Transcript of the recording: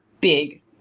big